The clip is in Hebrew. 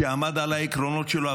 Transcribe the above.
שעמד על העקרונות שלו,